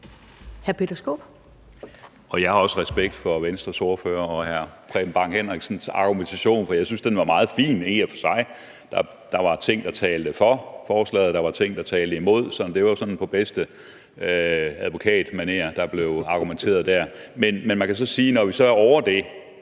Jeg har også respekt for Venstres ordfører, hr. Preben Bang Henriksen, og for hans argumentation, for jeg synes i og for sig, at den var meget fin. Der var ting, der talte for forslaget, og der var ting, der talte imod; det var sådan på bedste advokatmanér, at der blev argumenteret der. Men man kan så sige, at når vi så er ovre det,